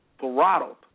throttled